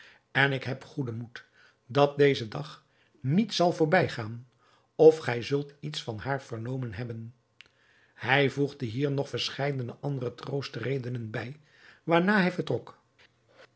en ik heb goeden moed dat deze dag niet zal voorbijgaan of gij zult iets van haar vernomen hebben hij voegde hier nog verscheidene andere troostredenen bij waarna hij vertrok